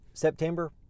September